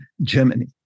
Germany